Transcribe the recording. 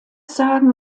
sagen